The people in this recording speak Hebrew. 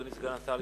אדוני סגן השר,